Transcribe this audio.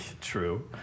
True